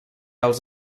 els